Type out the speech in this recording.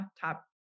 top